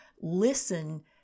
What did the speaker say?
Listen